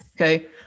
Okay